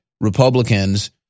Republicans